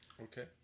Okay